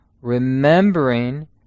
remembering